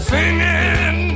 Singing